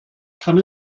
come